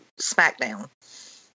SmackDown